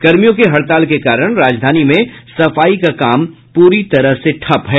कर्मियों की हड़ताल के कारण राजधानी में सफाई का काम पूरी तरह से ठप है